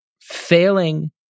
failing